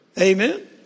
Amen